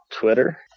Twitter